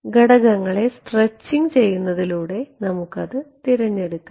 ഘടകങ്ങളെ സ്ട്രെച്ചിംഗ് ചെയ്യുന്നതിലൂടെ നമുക്ക് തിരഞ്ഞെടുക്കാം